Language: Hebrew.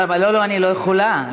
אני לא יכולה.